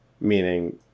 meaning